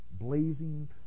blazing